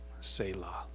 selah